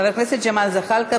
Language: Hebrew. חבר הכנסת ג'מאל זחאלקה,